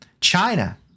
China